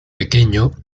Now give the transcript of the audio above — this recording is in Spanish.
pequeño